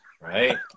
Right